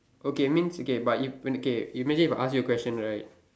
okay means okay but if when okay imagine if I ask you a question right